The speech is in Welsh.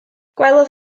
gwelodd